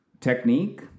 Technique